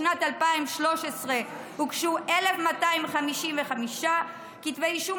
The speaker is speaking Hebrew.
בשנת 2013 הוגשו 1,255 כתבי אישום,